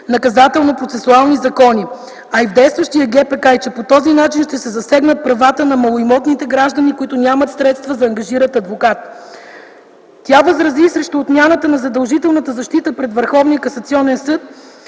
наказателно-процесуални закони, а и в действащия ГПК, и че по този начин ще се засегнат правата на малоимотните граждани, които нямат средства да ангажират адвокат. Тя възрази срещу отмяната на задължителната защита пред Върховния касационен съд